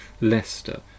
Leicester